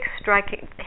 striking